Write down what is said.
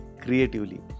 creatively